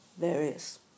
various